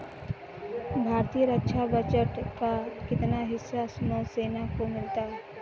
भारतीय रक्षा बजट का कितना हिस्सा नौसेना को मिलता है?